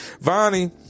Vonnie